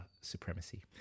supremacy